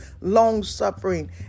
long-suffering